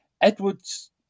Edwards